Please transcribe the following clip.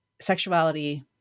sexuality